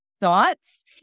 thoughts